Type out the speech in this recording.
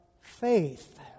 faith